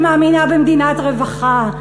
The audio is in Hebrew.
שמאמינה במדינת רווחה,